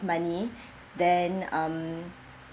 money then um